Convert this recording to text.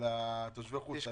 המענק לתושבי החוץ.